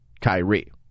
Kyrie